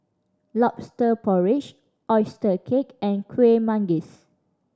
Lobster Porridge oyster cake and Kueh Manggis